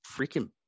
freaking